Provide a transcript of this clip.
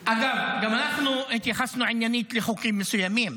אגב, גם אנחנו התייחסנו עניינית לחוקים מסוימים,